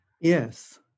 Yes